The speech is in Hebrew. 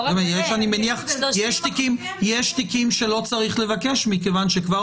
אני מניח שיש תיקים שלא צריך לבקש מכיוון שכבר